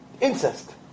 Incest